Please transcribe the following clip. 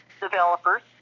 Developers